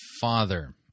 father